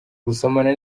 gusomana